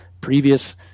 previous